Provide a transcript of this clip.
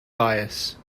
bias